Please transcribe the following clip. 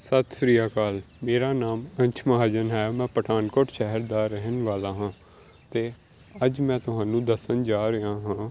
ਸਤਿ ਸ਼੍ਰੀ ਅਕਾਲ ਮੇਰਾ ਨਾਮ ਅੰਸ਼ ਮਹਾਜਨ ਹੈ ਮੈਂ ਪਠਾਨਕੋਟ ਸ਼ਹਿਰ ਦਾ ਰਹਿਣ ਵਾਲਾ ਹਾਂ ਅਤੇ ਅੱਜ ਮੈਂ ਤੁਹਾਨੂੰ ਦੱਸਣ ਜਾ ਰਿਹਾ ਹਾਂ